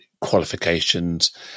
qualifications